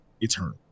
eternal